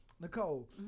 Nicole